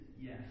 yes